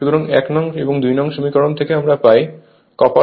সুতরাং 1 নং এবং 2 নং সমীকরণ থেকে আমরা পাই কপার লস Re2